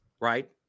Right